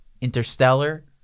Interstellar